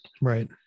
Right